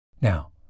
Now